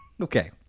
Okay